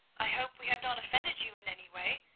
i hope we have not offended you in any way?